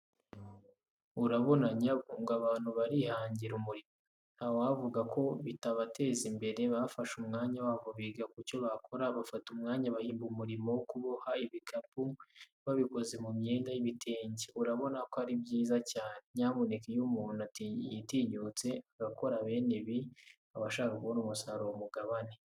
Urabona nyabu ngo abantu barihangira umurimo, ntawavuga ko bitabateza imbere bafashe umwanya wabo biga ku cyo bakora, bafata umwanya bahimba umurimo wo kuboha ibikapu babikoze mu myenda y'ibitenge, urabona ko ari byiza cyane. Nyamuneka iyo umuntu yitinyutse agakora bene ibi abashaka kubona umusaruro mubagane.